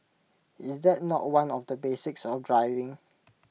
is that not one of the basics of driving